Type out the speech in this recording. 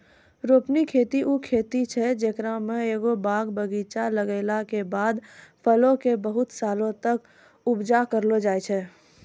रोपनी खेती उ खेती छै जेकरा मे एगो बाग बगीचा लगैला के बाद फलो के बहुते सालो तक उपजा करलो जाय छै